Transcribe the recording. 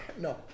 No